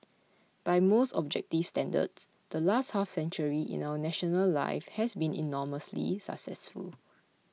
by most objective standards the last half century in our national life has been enormously successful